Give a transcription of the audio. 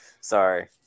sorry